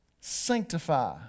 sanctify